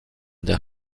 der